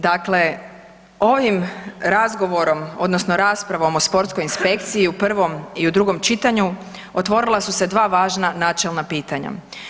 Dakle, ovim razgovorom odnosno raspravom o sportskoj inspekciji u prvom i u drugom čitanju otvorila su se dva važna načelna pitanja.